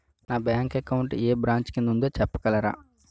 నా bank account ఏ branch కిందా ఉందో చెప్పగలరా?